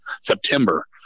september